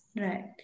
Right